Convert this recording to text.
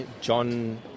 John